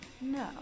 no